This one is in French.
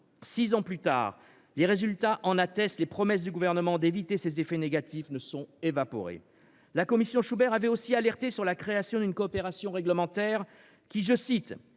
Six ans plus tard, les résultats l’attestent : les promesses du Gouvernement d’éviter ces effets négatifs se sont évaporées. La commission Schubert avait aussi alerté sur la création d’une coopération réglementaire, dont